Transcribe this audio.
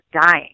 dying